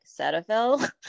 Cetaphil